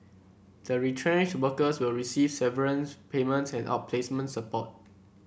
the retrenched workers will receive severance payments and outplacement support